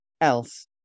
else